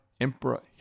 Emperor